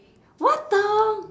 what the